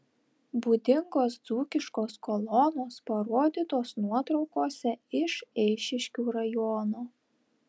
būdingos dzūkiškos kolonos parodytos nuotraukose iš eišiškių rajono